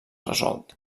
resolt